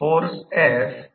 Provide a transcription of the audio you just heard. हे समीकरण 20 आहे